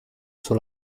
suo